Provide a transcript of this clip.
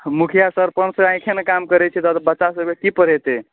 मुखिआ सरपञ्च सबके आँखिए ने काम करै छै तऽ बच्चा सबके की पढ़ेतै